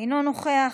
אינו נוכח,